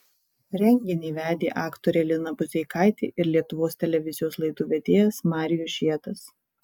renginį vedė aktorė lina budzeikaitė ir lietuvos televizijos laidų vedėjas marijus žiedas